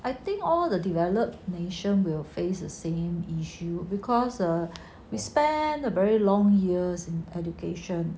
I think all the developed nation will face the same issue because uh we spent a very long years in education